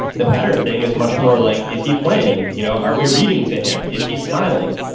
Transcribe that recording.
the better thing is much more like, is he playing? you know are we reading to him? is he smiling?